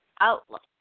outlook